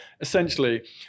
essentially